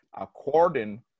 according